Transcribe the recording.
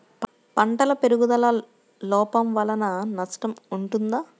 పంటల పెరుగుదల లోపం వలన నష్టము ఉంటుందా?